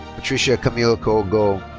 patricia camill kho go.